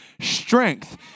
strength